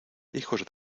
hijos